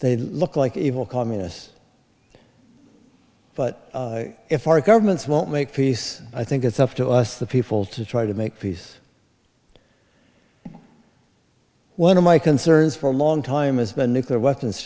they look like evil communists but if our governments won't make peace i think it's up to us the people to try to make peace one of my concerns for a long time has been nuclear weapons